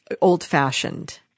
old-fashioned